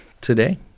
today